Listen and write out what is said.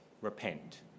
Repent